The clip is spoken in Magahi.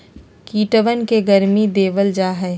कीटवन के गर्मी देवल जाहई